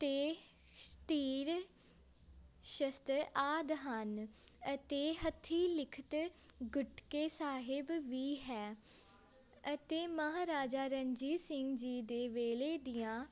ਅਤੇ ਸ਼ ਤੀਰ ਸ਼ਸਤਰ ਆਦਿ ਹਨ ਅਤੇ ਹੱਥ ਲਿਖਤ ਗੁਟਕੇ ਸਾਹਿਬ ਵੀ ਹੈ ਅਤੇ ਮਹਾਰਾਜਾ ਰਣਜੀਤ ਸਿੰਘ ਜੀ ਦੇ ਵੇਲੇ ਦੀਆਂ